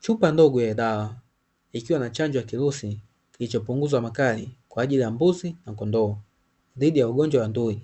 Chupa ndogo ya dawa ikiwa na chanjo ya kirusi kilichopunguza makali, kwa ajili ya mbuzi na kondoo dhidi ya ugonjwa wa ndui.